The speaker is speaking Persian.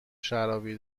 شرابی